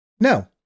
no